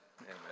Amen